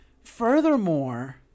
Furthermore